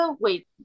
wait